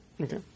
okay